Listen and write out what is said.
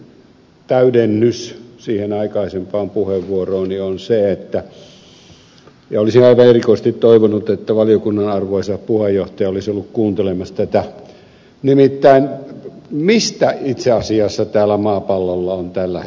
merkittävin täydennys siihen aikaisempaan puheenvuorooni on se ja olisin aivan erikoisesti toivonut että valiokunnan arvoisa puheenjohtaja olisi ollut kuuntelemassa tätä mistä täällä maapallolla on nimittäin itse asiassa tällä hetkellä kysymys